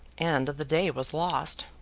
and the day was lost.